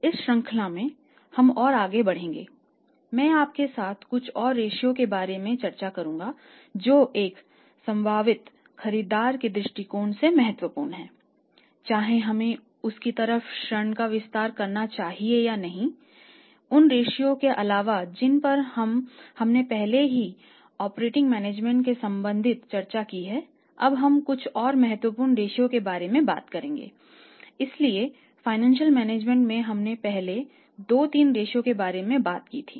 इस श्रृंखला में हम और आगे बढ़ेंगे मैं आपके साथ कुछ और रेश्यो के बारे में बात की थी